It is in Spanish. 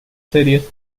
series